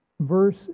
Verse